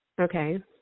Okay